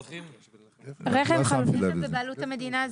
רכב חלופי בבעלות המדינה.